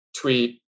tweet